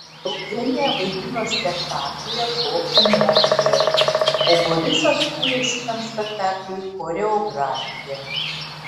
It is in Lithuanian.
eugenija vaidino spektaklyje šokių mokytojas o borisas kūrė šitam spektakliui choreografiją